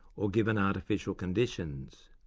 or given artificial conditions.